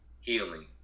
healing